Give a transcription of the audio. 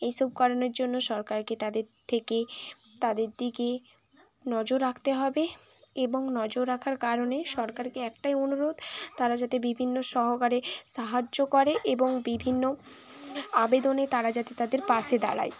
এই সব কারণের জন্য সরকারকে তাদের থেকে তাদের দিকে নজর রাখতে হবে এবং নজর রাখার কারণে সরকারকে একটাই অনুরোধ তারা যাতে বিভিন্ন সহকারে সাহায্য করে এবং বিভিন্ন আবেদনে তারা যাতে তাদের পাশে দাঁড়ায়